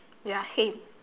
ya same